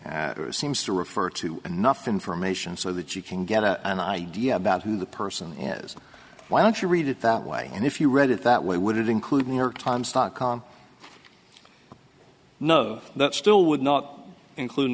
seems to refer to enough information so that you can get a an idea about who the person is why don't you read it that way and if you read it that way would it include new york times dot com no that still would not includ